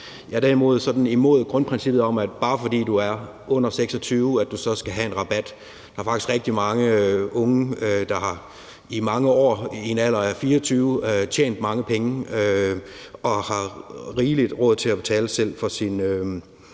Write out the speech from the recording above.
Jeg er derimod sådan imod grundprincippet om, at du, bare fordi du er under 26 år, så skal have en rabat. Der er faktisk rigtig mange unge, der i en alder af 24 år igennem mange år har tjent mange penge, og som har rigelig råd til selv at betale for deres